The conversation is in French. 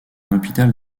hôpital